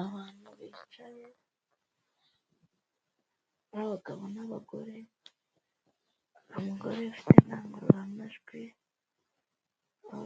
Abantu bicaye ,abagabo n'abagore. Abagore bafite indangururamajwi